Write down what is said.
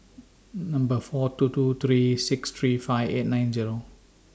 Number four two two three six three five eight nine Zero